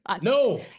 No